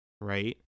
Right